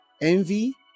envy